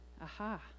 Aha